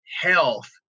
Health